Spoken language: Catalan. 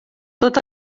tot